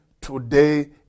today